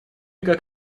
как